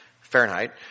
Fahrenheit